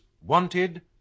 Wanted